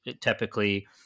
Typically